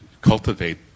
cultivate